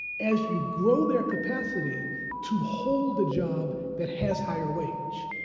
as you grow their capacity to hold a job that has higher wage.